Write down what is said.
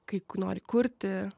kai nori kurti